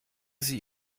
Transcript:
sie